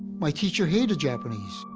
my teacher hated japanese.